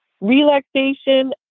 relaxation